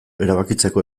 erabakitzeko